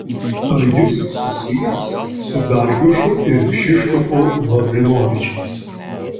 ar jis susijęs su darjušu ir kšištofu lavrinovičiais